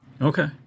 Okay